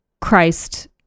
Christ